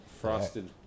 frosted